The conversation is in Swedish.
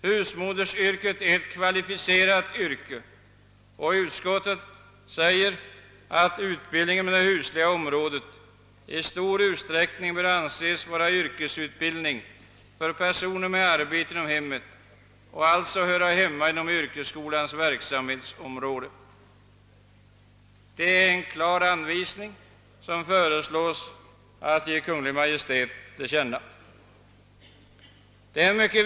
Husmodersyrket är ett kvalificerat yrke, och utskottet skriver att utbildningen på det husliga området »i stor utsträckning bör anses vara yrkesutbildning för personer med arbete inom hemmet och och alltså höra hemma inom yrkesskolans verksamhetsområde». Detta är en klar anvisning, och utskottet föreslår att uttalandet ges till känna för Kungl. Maj:t.